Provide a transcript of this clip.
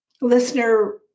listener